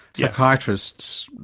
psychiatrists,